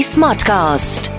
Smartcast